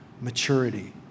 maturity